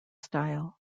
style